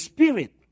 Spirit